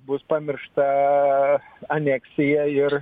bus pamiršta aneksija ir